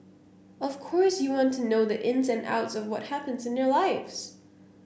of course you want to know the ins and outs of what happens in their lives